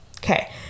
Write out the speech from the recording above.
Okay